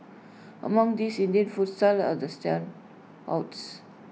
among these Indian food stalls are the standouts